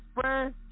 friend